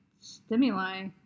stimuli